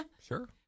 Sure